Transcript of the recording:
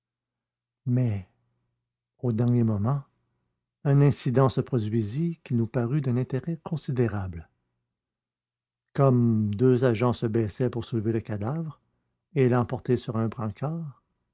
mais au dernier moment un incident se produisit qui nous parut d'un intérêt considérable comme deux agents se baissaient pour soulever le cadavre et l'emporter sur un brancard